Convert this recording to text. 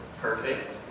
perfect